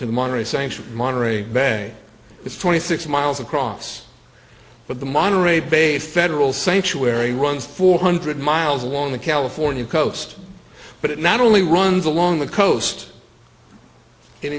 to monterey sanction monterey bay it's twenty six miles across but the monterey bay federal sanctuary runs four hundred miles along the california coast but it not only runs along the coast